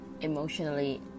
emotionally